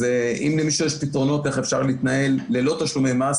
אז אם למישהו יש פתרונות איך אפשר להתנהל ללא תשלומי מס,